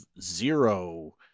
zero